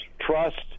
trust